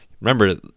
Remember